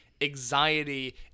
anxiety